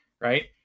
right